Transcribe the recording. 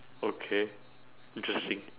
okay interesting